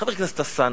חבר הכנסת אלסאנע,